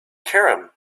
cairum